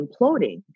imploding